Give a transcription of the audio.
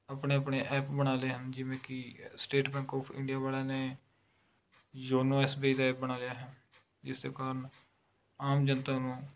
ਆਪਣੇ ਆਪਣੇ ਐਪ ਬਣਾ ਲਏ ਹਨ ਜਿਵੇਂ ਕਿ ਸਟੇਟ ਬੈਂਕ ਔਫ ਇੰਡੀਆ ਵਾਲਿਆਂ ਨੇ ਯੋਨੋ ਐੱਸ ਬੀ ਆਈ ਦਾ ਐਪ ਬਣਾ ਲਿਆ ਹੈ ਜਿਸਦੇ ਕਾਰਨ ਆਮ ਜਨਤਾ ਨੂੰ